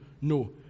No